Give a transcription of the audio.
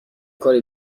کاری